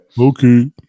Okay